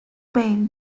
pain